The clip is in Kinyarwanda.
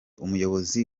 umuyobozi